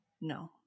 No